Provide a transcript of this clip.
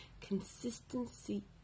Consistency